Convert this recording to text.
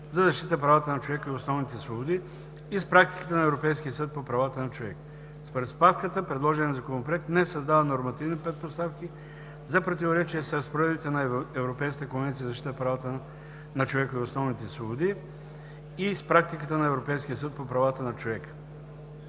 за защита правата на човека и основните свободи (ЕКЗПЧОС) и с практиката на Европейския съд по правата на човека (ЕСПЧ). Според справката предложеният законопроект не създава нормативни предпоставки за противоречие с разпоредбите на Европейската конвенция за защита правата на човека и основните свободи и с практиката на Европейския съд по правата на човека.